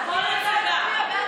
אבל,